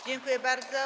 Dziękuję bardzo.